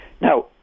now